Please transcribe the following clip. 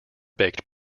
baked